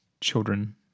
children –